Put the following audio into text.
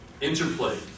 interplay